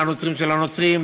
לנוצרים של הנוצרים,